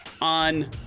on